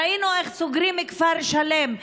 ראינו איך סוגרים כפר שלם,